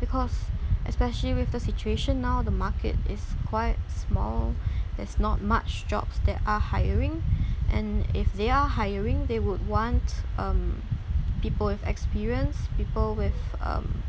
because especially with the situation now the market is quite small there's not much jobs that are hiring and if they're hiring they would want um people with experience people with um